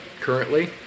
currently